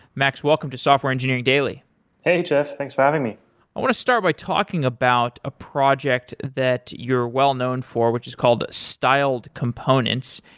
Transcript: max, welcome to software engineering daily hey, jeff. thanks for having me i want to start by talking about a project that you're well-known for, which is called styled components.